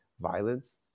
violence